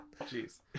Jeez